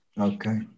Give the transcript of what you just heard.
Okay